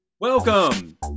Welcome